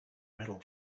metal